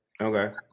Okay